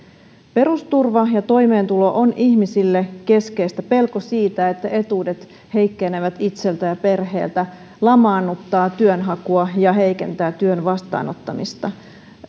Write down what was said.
perusturva ja toimeentulo on ihmisille keskeistä pelko siitä että etuudet heikkenevät itseltä ja perheeltä lamaannuttaa työnhakua ja heikentää työn vastaanottamista